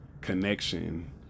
connection